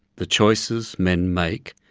the choices men make,